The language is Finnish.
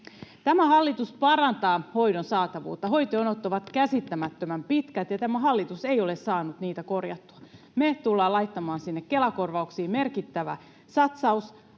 Tämä hallitus parantaa hoidon saatavuutta. Hoitojonot ovat käsittämättömän pitkät, ja tämä hallitus ei ole saanut niitä korjattua. Me tullaan laittamaan sinne Kela-korvauksiin merkittävä satsaus